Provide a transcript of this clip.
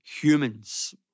humans